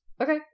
Okay